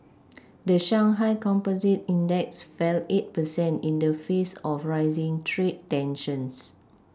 the Shanghai Composite index fell eight percent in the face of rising trade tensions